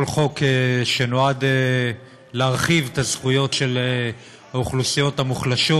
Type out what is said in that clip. כל חוק שנועד להרחיב את הזכויות של האוכלוסיות המוחלשות,